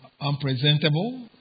unpresentable